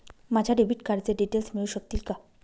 माझ्या डेबिट कार्डचे डिटेल्स मिळू शकतील का?